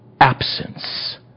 Absence